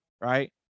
right